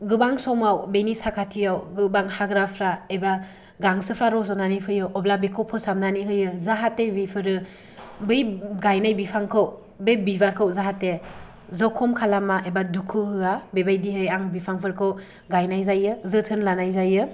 गोबां समाव बेनो साखाथिआव गोबां हाग्राफ्रा एबा गांसोफ्रा रज'नानै फैयो अब्ला बेखौ फोसाबनानै होयो जाहथे बिफोरो बै गायनाय बिफांखौ बै बिबारखौ जाहाथे जखम खालामा एबा दुखु होआ बेबायदिहाय आं बिफांफोरखौ गायनाय जायो जोथोन लानाय जायो